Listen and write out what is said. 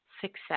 success